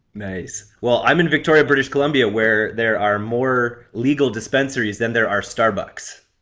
nice. well, i'm in victoria, british columbia, where there are more legal dispensaries than there are starbucks.